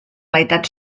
meitat